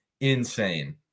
insane